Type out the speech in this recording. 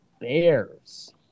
Bears